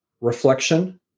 reflection